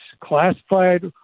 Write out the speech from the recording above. classified